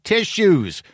Tissues